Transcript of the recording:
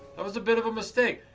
that was a bit of a mistake.